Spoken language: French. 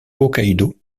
hokkaidō